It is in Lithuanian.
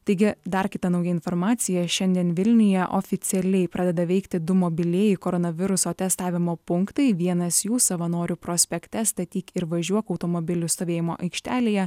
taigi dar kita nauja informacija šiandien vilniuje oficialiai pradeda veikti du mobilieji koronaviruso testavimo punktai vienas jų savanorių prospekte statyk ir važiuok automobilių stovėjimo aikštelėje